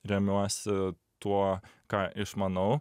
remiuosi tuo ką išmanau